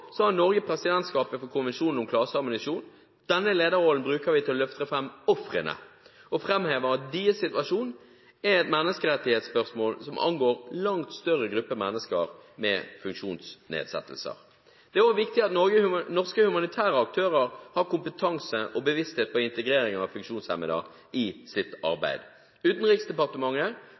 har Norge presidentskapet for Konvensjonen om klaseammunisjon. Denne lederrollen bruker vi til å løfte fram ofrene og framheve at deres situasjon er et menneskerettighetsspørsmål som angår en langt større gruppe mennesker med funksjonsnedsettelser. Det er også viktig at norske humanitære aktører har kompetanse og bevissthet rundt integrering av funksjonshemmede i sitt arbeid. Utenriksdepartementet